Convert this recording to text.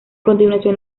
continuación